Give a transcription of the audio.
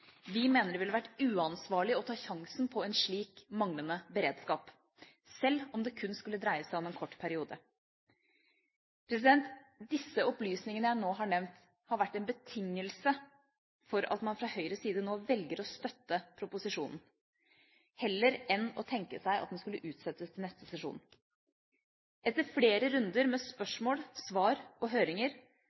Vi mener det ville vært uansvarlig å ta sjansen på en slik manglende beredskap, sjøl om det kun skulle dreie seg om en kort periode. Disse opplysningene jeg nå har nevnt, har vært en betingelse for at man fra Høyres side nå velger å støtte proposisjonen – heller enn å tenke seg at den skulle utsettes til neste sesjon. Etter flere runder med spørsmål, svar og høringer